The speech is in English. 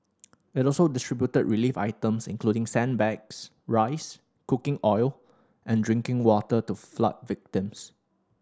it also distributed relief items including sandbags rice cooking oil and drinking water to flood victims